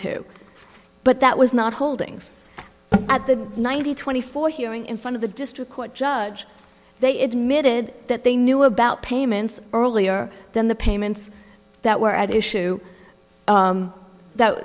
to but that was not holdings at the ninety twenty four hearing in front of the district court judge they admitted that they knew about payments earlier than the payments that were at issue